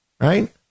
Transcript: Right